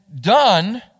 done